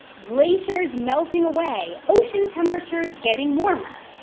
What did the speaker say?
glaciers melting away, ocean temperatures getting warmer.